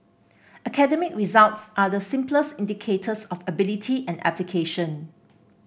academic results are the simplest indicators of ability and application